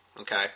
Okay